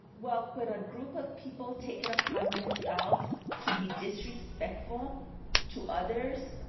well, when a group of people take it upon themselves to be disrespectful to others,